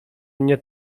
mnie